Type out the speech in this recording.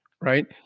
right